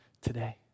today